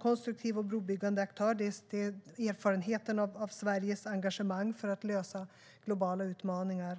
konstruktiv och brobyggande aktör. Det är den erfarenheten som finns av Sveriges engagemang för att lösa globala utmaningar.